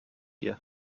dir